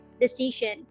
decision